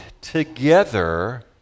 together